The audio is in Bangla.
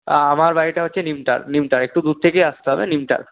আমার বাড়িটা হচ্ছে নিমতার একটু দূর থেকেই আসতে হবে নিমতার